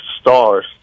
stars